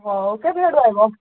ହଉ କେତେ ରେଟ୍ ରହିବ